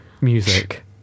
Music